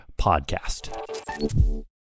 podcast